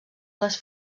les